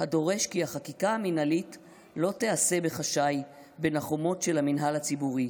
הדורש כי החקיקה המינהלית לא תיעשה בחשאי בין החומות של המינהל הציבורי,